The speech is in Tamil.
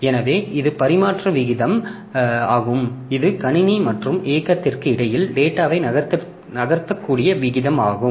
எனவே இது பரிமாற்ற வீதமாகும் இது கணினி மற்றும் இயக்ககத்திற்கு இடையில் டேட்டாவை நகர்த்தக்கூடிய வீதமாகும்